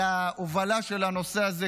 על ההובלה של הנושא הזה,